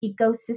ecosystem